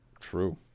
true